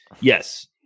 Yes